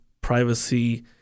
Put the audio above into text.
privacy